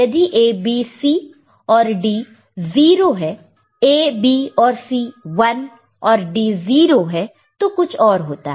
यदि A B C और D 0 है A B और C 1 और D 0 है तो कुछ और होता है